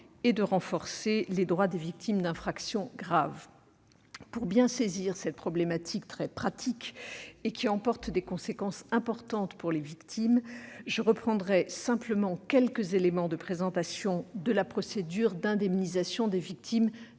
et de renforcer les droits des victimes d'infractions graves. Pour bien saisir cette problématique très pratique et qui emporte des conséquences importantes pour les victimes, je reprendrai simplement quelques éléments de présentation de la procédure d'indemnisation des victimes